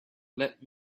let